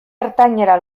ertainera